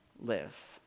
live